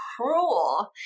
cruel